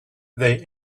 they